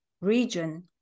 region